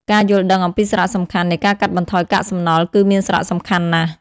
ការយល់ដឹងអំពីសារៈសំខាន់នៃការកាត់បន្ថយកាកសំណល់គឺមានសារៈសំខាន់ណាស់។